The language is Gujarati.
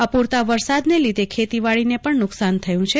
અપૂરતા વરસાદને લીધે ખેતીવાડીને પણ નુકસાન થયું છે